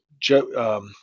Joe